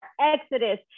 exodus